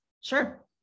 Sure